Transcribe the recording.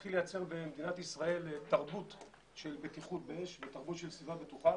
להתחיל לייצר במדינת ישראל תרבות של בטיחות באש ותרבות של סביבה בטוחה